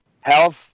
health